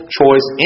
choice